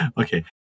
Okay